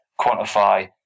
quantify